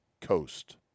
Coast